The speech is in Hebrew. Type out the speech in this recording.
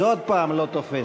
זה עוד פעם לא תופס.